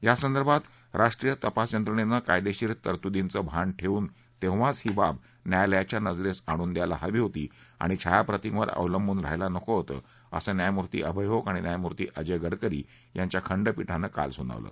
या संदर्भात राष्ट्रीय तपास यंत्रणेनं कायदेशीर तरतुर्दीचं भान ठेवून तेव्हाच ही बाब न्यायालयाच्या नजरेस आणून द्यायला हवी होती आणि छायाप्रतींवर अवलंबून रहायला नको होतं असं न्यायमूर्ती अभय ओक आणि न्यायमूर्ती अजय गडकरी यांच्या खंडपीठानं काल सुनावलं